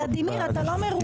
ולדימיר, אתה לא מרוכז.